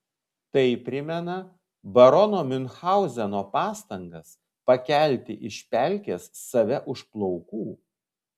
tai primena barono miunchauzeno pastangas pakelti iš pelkės save už plaukų